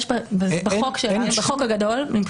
בחוק הגדול.